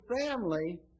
family